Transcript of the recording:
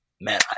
man